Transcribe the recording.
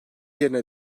yerine